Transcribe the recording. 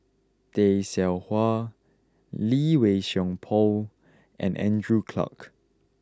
Tay Seow Huah Lee Wei Song Paul and Andrew Clarke